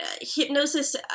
Hypnosis